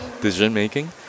decision-making